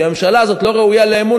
כי הממשלה הזאת לא ראויה לאמון,